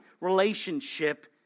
relationship